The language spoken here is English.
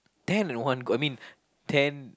ten in one go I mean ten